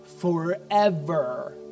forever